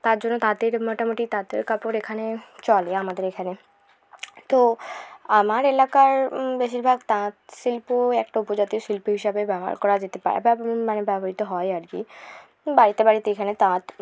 তার জন্য তাঁতের মোটামুটি তাঁতের কাপড় এখানে চলে আমাদের এখানে তো আমার এলাকার বেশিরভাগ তাঁত শিল্প একটা উপজাতির শিল্প হিসেবে ব্যবহার করা যেতে পা ব্যব মানে ব্যবহিত হয় আর কি বাড়িতে বাড়িতে এখানে তাঁত